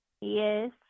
Yes